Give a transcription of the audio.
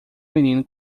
menino